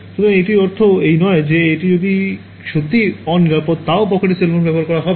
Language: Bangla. সুতরাং এটির অর্থ এই নয় যে এটি যদি সত্যই অনিরাপদ তাও পকেটে সেল ফোন বহন করা হবে